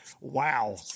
wow